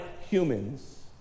humans